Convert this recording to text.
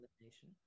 elimination